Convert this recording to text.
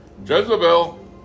Jezebel